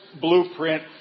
blueprint